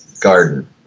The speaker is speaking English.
garden